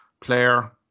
player